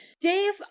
Dave